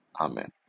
Amen